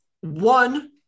One